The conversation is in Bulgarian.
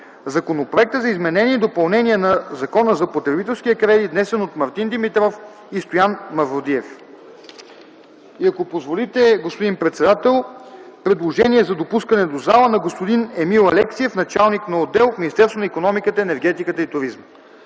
Законопроекта за изменение и допълнение на Закона за потребителския кредит, внесен от Мартин Димитров и Стоян Мавродиев.” Ако позволите, господин председател, предложение за допускане до зала на господин Емил Алексиев – началник на отдел в Министерство на икономиката, енергетиката и туризма.